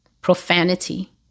profanity